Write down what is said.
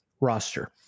roster